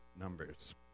numbers